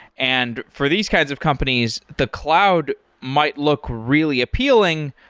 and for these kind of companies, the cloud might look really appealing.